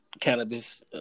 cannabis